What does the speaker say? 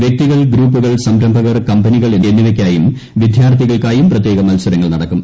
വൃക്തികൾ ഗ്രൂപ്പുകൾ സംരംഭകർ കമ്പനികൾ എന്നിവയ്ക്കായും വിദ്യാർത്ഥികൾക്കായും പ്രത്യേക മൽസരങ്ങൾ നടക്കും